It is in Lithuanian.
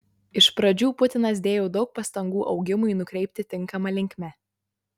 iš pradžių putinas dėjo daug pastangų augimui nukreipti tinkama linkme